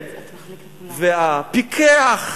הפיקח,